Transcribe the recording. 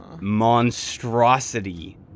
monstrosity